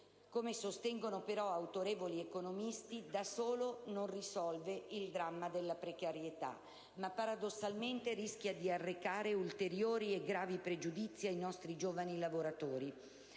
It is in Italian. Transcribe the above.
come sostengono però autorevoli economisti, da solo non risolve il dramma della precarietà ma, paradossalmente, rischia di arrecare ulteriori e gravi pregiudizi ai nostri giovani lavoratori.